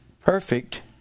perfect